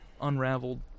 unraveled